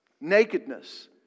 Nakedness